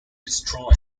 destroy